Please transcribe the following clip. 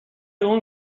اون